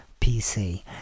PC